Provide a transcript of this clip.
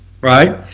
right